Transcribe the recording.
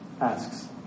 asks